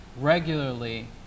regularly